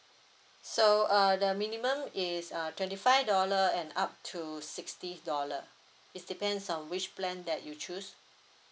so uh the minimum is uh twenty five dollar and up to sixty dollar is depends on which plan that you choose